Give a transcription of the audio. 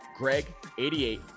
GREG88